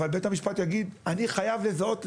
אבל בית המשפט יגיד: אני חייב לזהות נשק,